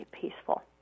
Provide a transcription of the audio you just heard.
peaceful